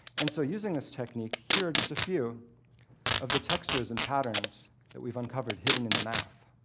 and so using this technique, here are just a few of the textures and patterns that we've uncovered hidden in the math.